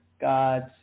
God's